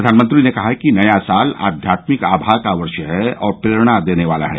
प्रधानमंत्री ने कहा कि नया साल आध्यात्मिक आभा का वर्ष है और प्रेरणा देने वाला है